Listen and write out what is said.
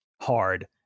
hard